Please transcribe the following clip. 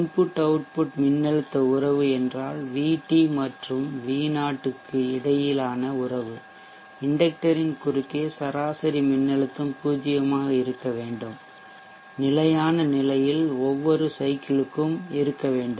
input output மின்னழுத்த உறவு என்றால் VT மற்றும் V0 க்கு இடையிலான உறவு இண்டக்டர் ன் குறுக்கே சராசரி மின்னழுத்தம் பூஜ்ஜியமாக இருக்க வேண்டும் நிலையான நிலையில் ஒவ்வொரு சைக்கிள் க்கும் இருக்க வேண்டும்